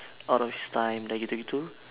out of his time dah gitu gitu